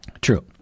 True